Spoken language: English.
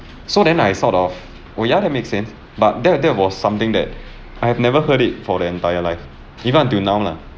so then I sort of oh yeah that makes sense but that that was something that I have never heard it for the entire life even until now lah